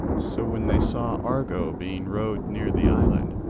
so when they saw argo being rowed near the island,